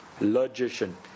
Logician